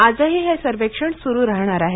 आजही हे सर्वेक्षण सुरू राहणार आहे